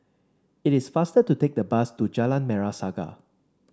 it is faster to take the bus to Jalan Merah Saga